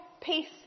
peace